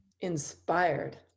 Inspired